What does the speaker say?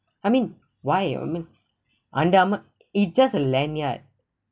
I mean why under amour under amour it just a lanyard